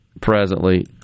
presently